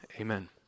Amen